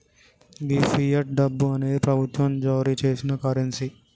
గీ fiat డబ్బు అనేది ప్రభుత్వం జారీ సేసిన కరెన్సీ